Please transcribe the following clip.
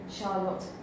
Charlotte